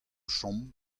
chom